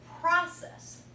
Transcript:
process